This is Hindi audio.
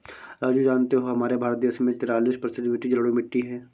राजू जानते हो हमारे भारत देश में तिरालिस प्रतिशत मिट्टी जलोढ़ मिट्टी हैं